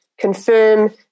confirm